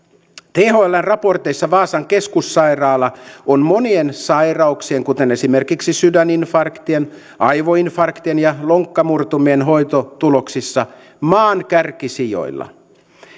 thln raporteissa vaasan keskussairaala on monien sairauksien kuten esimerkiksi sydäninfarktien aivoinfarktien ja lonkkamurtumien hoitotuloksissa maan kärkisijoilla